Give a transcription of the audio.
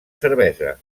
cervesa